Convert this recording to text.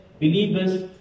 believers